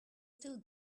still